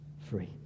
free